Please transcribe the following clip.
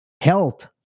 Health